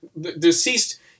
deceased